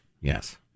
Yes